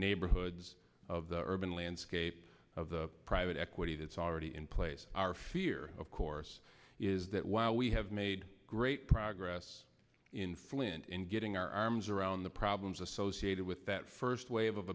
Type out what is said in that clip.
neighborhoods of the urban landscape of the private equity that's already in place our fear of course is that while we have made great progress in flint in getting our arms around the problems associated with that first wave of